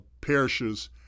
parishes